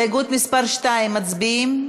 הסתייגות מס' 2, מצביעים?